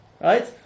Right